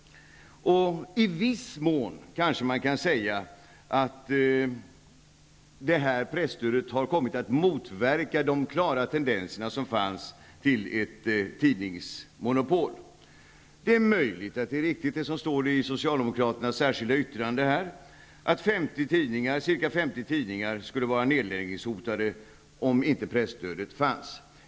I viss mån kanske man kan säga att presstödet har kommit att motverka de klara tendenser som fanns till ett tidningsmonopol. Det är möjligt att det är riktigt som det står i socialdemokraternas särskilda yttrande, att ca 50 tidningar skulle vara nedläggningshotade om inte presstödet fanns.